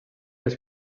les